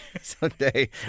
Someday